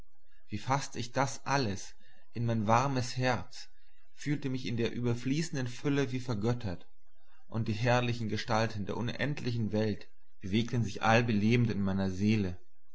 wie faßte ich das alles in mein warmes herz fühlte mich in der überfließenden fülle wie vergöttert und die herrlichen gestalten der unendlichen welt bewegten sich allbelebend in meiner seele